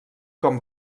com